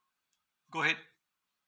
go ahead